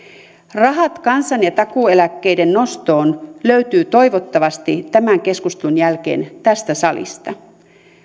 rahat kansan ja takuueläkkeiden nostoon löytyvät toivottavasti tämän keskustelun jälkeen tästä salista